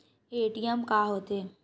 ATM का होथे?